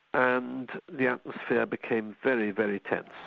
and the atmosphere became very, very tense.